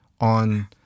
On